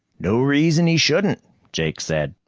no reason he shouldn't, jake said.